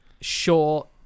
sure